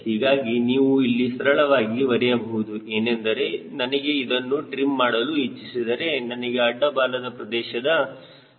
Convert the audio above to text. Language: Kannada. ಹೀಗಾಗಿ ನೀವು ಇಲ್ಲಿ ಸರಳವಾಗಿ ಬರೆಯಬಹುದು ಏನೆಂದರೆ ನನಗೆ ಇದನ್ನು ಟ್ರಿಮ್ಮಾಡಲು ಇಚ್ಚಿಸಿದರೆ ನನಗೆ ಅಡ್ಡ ಬಾಲದ ಪ್ರದೇಶದ 0